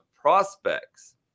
prospects